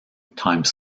time